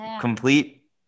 complete